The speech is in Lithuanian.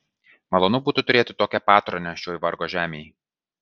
malonu būtų turėti tokią patronę šioj vargo žemėj